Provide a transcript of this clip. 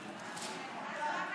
בסדר.